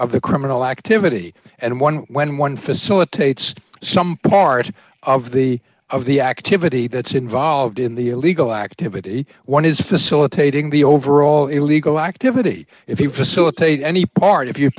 of the criminal activity and one when one facilitates some part of the of the activity that's involved in the illegal activity one is facilitating the overall illegal activity if you facilitate any part if you